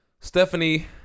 Stephanie